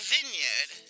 Vineyard